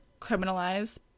criminalize